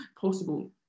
possible